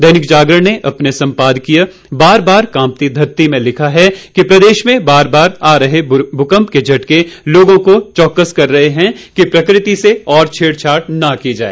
दैनिक जागरण ने अपने संपादकीय बार बार कांपती धरती में लिखा है कि प्रदेश में बार बार आए रहे भूकंप के झटके लोगों को चौकस कर रहे हैं कि प्रकृति से और छेड़छाड़ न की जाए